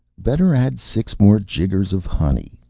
better add six more jiggers of honey,